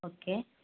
okay